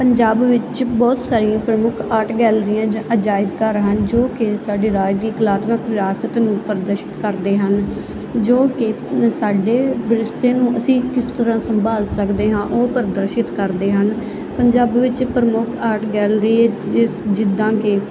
ਪੰਜਾਬ ਵਿੱਚ ਬਹੁਤ ਸਾਰੀਆਂ ਪ੍ਰਮੁੱਖ ਆਰਟ ਗੈਲਰੀਆਂ ਜਾਂ ਅਜਾਇਬ ਘਰ ਹਨ ਜੋ ਕਿ ਸਾਡੀ ਰਾਜ ਦੀ ਕਲਾਤਮਕ ਵਿਰਾਸਤ ਨੂੰ ਪ੍ਰਦਸ਼ਿਤ ਕਰਦੇ ਹਨ ਜੋ ਕਿ ਸਾਡੇ ਵਿਰਸੇ ਨੂੰ ਅਸੀਂ ਕਿਸ ਤਰ੍ਹਾਂ ਸੰਭਾਲ ਸਕਦੇ ਹਾਂ ਉਹ ਪ੍ਰਦਰਸ਼ਿਤ ਕਰਦੇ ਹਨ ਪੰਜਾਬ ਵਿੱਚ ਪ੍ਰਮੁੱਖ ਆਰਟ ਗੈਲਰੀ ਜਿਸ ਜਿੱਦਾਂ ਕਿ